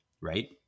right